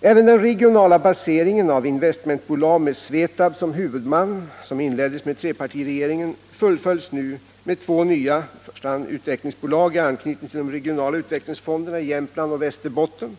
Även den regionala baseringen av investmentbolag med Svetab som huvudman, som inleddes av trepartiregeringen, fullföljs nu med i första hand två nya utvecklingsbolag i anknytning till de regionala utvecklingsfonderna i Jämtland och Västerbotten.